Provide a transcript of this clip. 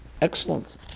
excellent